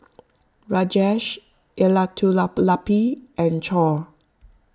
Rajesh Elattuvalapil and Choor